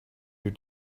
your